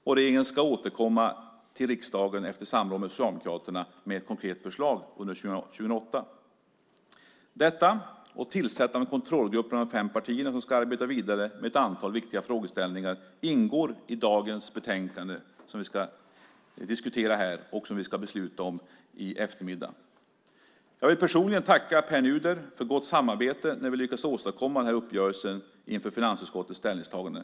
Regeringen ska återkomma till riksdagen efter samråd med Socialdemokraterna med ett konkret förslag under 2008. Detta och tillsättande av en kontrollgrupp mellan de fem partierna som ska arbeta vidare med ett antal viktiga frågeställningar ingår i det betänkande som vi ska diskutera här och som vi ska besluta om i eftermiddag. Jag vill personligen tacka Pär Nuder för gott samarbete när vi lyckades åstadkomma uppgörelsen inför finansutskottets ställningstagande.